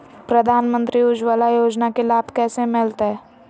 प्रधानमंत्री उज्वला योजना के लाभ कैसे मैलतैय?